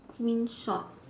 green shorts